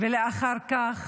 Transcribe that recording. ואחר כך